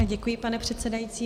Děkuji, pane předsedající.